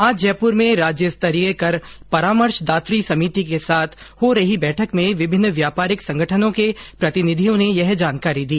आज जयपुर में राज्यस्तरीय कर परामर्शदात्री समिति के साथ हो रही बैठक में विभिन्न व्यापारिक संगठनों के प्रतिनिधिर्यो ने यह जानकारी दी